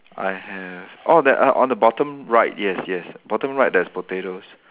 I have oh there are on the bottom right yes yes bottom right there's potatoes